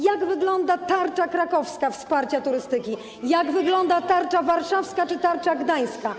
Jak wygląda tarcza krakowska wsparcia turystyki, jak wygląda tarcza warszawska czy tarcza gdańska?